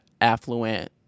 affluent